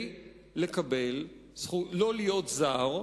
לא להיות זר,